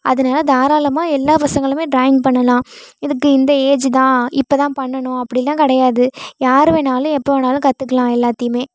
அதனால தாராளமாக எல்லா பசங்களுமே ட்ராயிங் பண்ணலாம் இதுக்கு இந்த ஏஜ் தான் இப்போதான் பண்ணணும் அப்படிலாம் கிடையாது யார்வேணாலும் எப்போவேணாலும் கத்துக்கலாம் எல்லாத்தையுமே